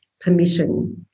permission